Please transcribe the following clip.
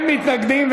נמנעים.